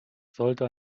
sollte